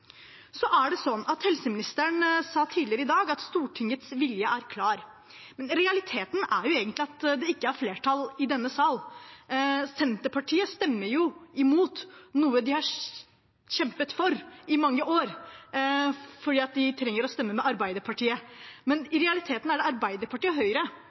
Helseministeren sa tidligere i dag at Stortingets vilje er klar. Realiteten er egentlig at det ikke er flertall i denne sal. Senterpartiet stemmer jo imot noe de har kjempet for i mange år, fordi de må stemme med Arbeiderpartiet. Men i realiteten er det Arbeiderpartiet og Høyre